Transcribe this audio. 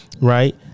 Right